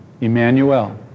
Emmanuel